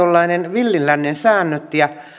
villin lännen säännöt ja